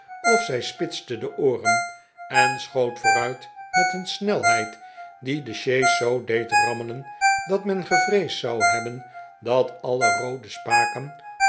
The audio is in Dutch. of zij spitste de ooren en schoot vooruit met een snelheid die de sjees zoo deed rammelen dat men gevreesd zou hebben dat alle roode spaken